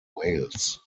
wales